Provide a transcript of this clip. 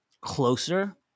closer –